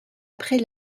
après